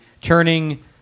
turning